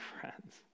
friends